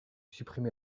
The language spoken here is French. supprimez